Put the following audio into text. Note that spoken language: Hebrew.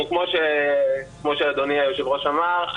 כמו שאדוני היושב-ראש אמר,